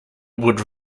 would